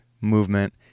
Movement